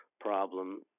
problem